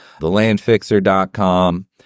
thelandfixer.com